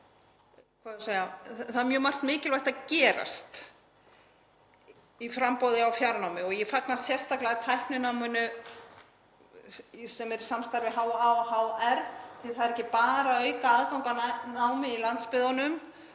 Það er auðvitað mjög margt mikilvægt að gerast í framboði á fjarnámi og ég fagna sérstaklega tæknináminu, sem er samstarf við HA og HR, því að það er ekki bara að auka aðgang að námi í landsbyggðunum